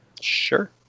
sure